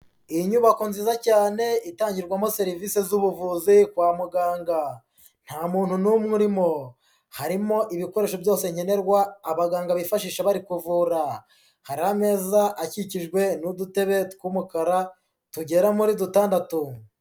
Iyi nyubako nziza cyane itangirwamo serivisi z'ubuvuzi kwa muganga, nta muntu n'umwe urimo. Harimo ibikoresho byose nkenerwa abaganga bifashisha bari kuvura, hari ameza akikijwe n'udutebe tw'umukara tugera muri dutandatu.